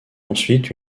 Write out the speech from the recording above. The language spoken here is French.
ensuite